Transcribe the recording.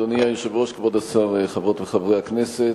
אדוני היושב-ראש, כבוד השר, חברות וחברי הכנסת,